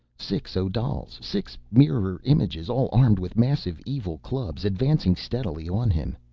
six odals, six mirror images, all armed with massive, evil clubs, advancing steadily on him.